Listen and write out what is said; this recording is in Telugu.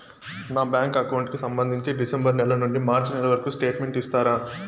నా బ్యాంకు అకౌంట్ కు సంబంధించి డిసెంబరు నెల నుండి మార్చి నెలవరకు స్టేట్మెంట్ ఇస్తారా?